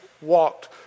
walked